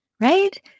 Right